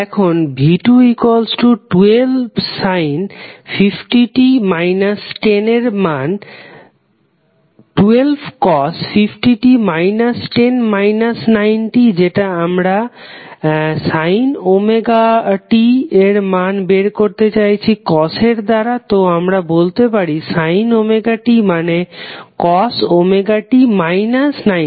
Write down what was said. এখন v2 1250t 10 তার মানে 12 যেটা আমরা sin ωt এর মান বের করতে চাইছি cos এর দ্বারা তো আমরা বলতে পারি sin ωt মানে cos ωt 90